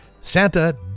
Santa